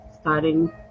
starting